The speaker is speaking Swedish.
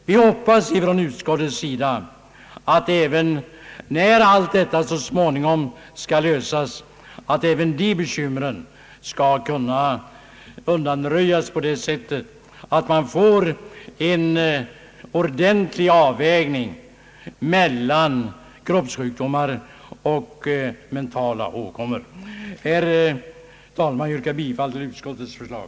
Vi hoppas inom utskottet att, när alla dessa frågor så småningom skall lösas, även de bekymren skall kunna undanröjas på så sätt att man får en ordentlig avvägning mellan kroppssjukdomar och mentala åkommor. Herr talman! Jag yrkar bifall till utskottets förslag.